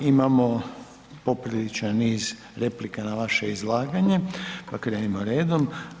Imamo popriličan niz replika na vaše izlaganje, pa krenimo redom.